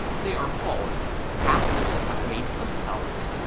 they are called paths that have made themselves,